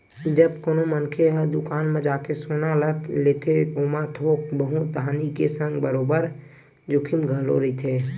जब कोनो मनखे ह दुकान म जाके सोना ल लेथे ओमा थोक बहुत हानि के संग बरोबर जोखिम घलो रहिथे